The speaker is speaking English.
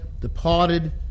departed